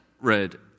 read